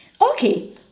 Okay